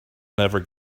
never